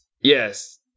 yes